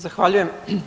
Zahvaljujem.